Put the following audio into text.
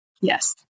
Yes